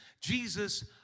Jesus